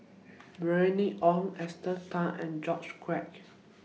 Bernice Ong Esther Tan and George Quek